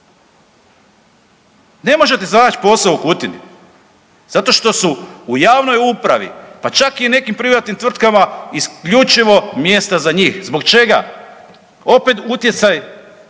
Ne možete zanać posao u Kutini, zato što su u javnoj upravi pa čak i u nekim privatnim tvrtkama isključivo mjesta za njih. Zbog čega? Opet utjecaj,